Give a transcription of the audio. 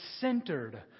centered